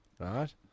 right